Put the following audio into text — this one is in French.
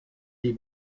des